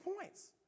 points